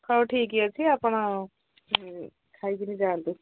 ହଉ ଠିକ୍ ଅଛି ଆପଣ ଖାଇକିନି ଯାଆନ୍ତୁ